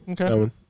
Okay